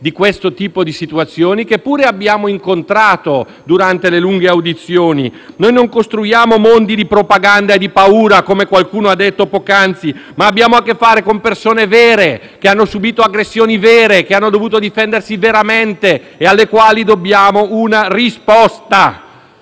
di queste situazioni, che pure abbiamo incontrato durante le lunghe audizioni svolte. Non costruiamo mondi di propaganda e paura, come qualcuno ha detto poc'anzi, ma abbiamo a che fare con persone vere che hanno subìto aggressioni vere e hanno dovuto difendersi veramente. A loro dobbiamo una risposta.